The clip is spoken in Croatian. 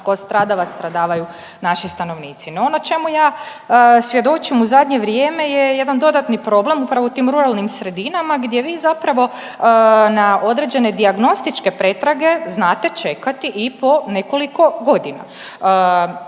tko stradava, stradavaju naši stanovnici. No ono čemu ja svjedočim u zadnje vrijeme je jedan dodatni problem upravo u tim ruralnim sredinama gdje vi zapravo na određene dijagnostičke pretrage znate čekate i po nekoliko godina.